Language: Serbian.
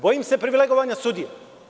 Bojim se privilegovanih sudija.